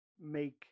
make